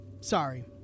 Sorry